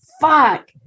fuck